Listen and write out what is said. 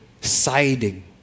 siding